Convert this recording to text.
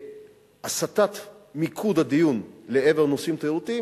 בהסטת מיקוד הדיון לעבר נושאים תיירותיים,